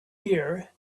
year